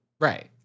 Right